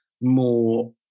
more